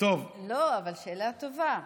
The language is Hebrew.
לא, אבל שאלה טובה.